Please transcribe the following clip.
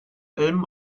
allem